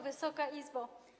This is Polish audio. Wysoka Izbo!